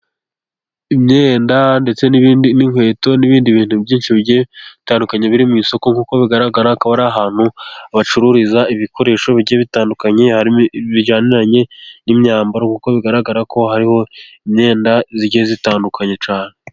Imyenda ndetse n'ibindi, n'inkweto n'ibindi bintu byinshi bitandukanye, biri mu isoko nk'uko bigaragara ko bari ahantu bacururiza ibikoresho bigiye bitandukanye, hari ibijyaniranye n'imyambaro kuko bigaragara ko hariho imyenda igiye itandukanye cyane.